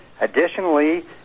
Additionally